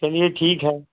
चलिए ठीक है